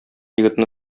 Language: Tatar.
егетне